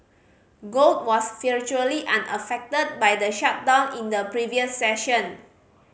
gold was virtually unaffected by the shutdown in the previous session